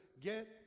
get